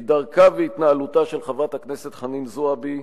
כי דרכה והתנהלותה של חברת הכנסת חנין זועבי,